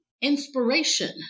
inspiration